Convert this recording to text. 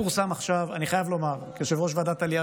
אני חייב לומר שכיושב-ראש ועדת העלייה